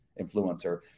influencer